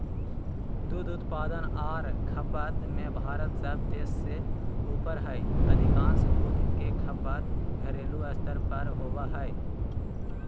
दूध उत्पादन आर खपत में भारत सब देश से ऊपर हई अधिकांश दूध के खपत घरेलू स्तर पर होवई हई